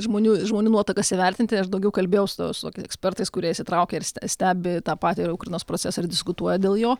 žmonių žmonių nuotaikas įvertinti aš daugiau kalbėjau su su ekspertais kurie įsitraukia ir stebi tą patį ukrainos procesą ir diskutuoja dėl jo